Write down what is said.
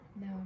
No